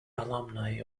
alumni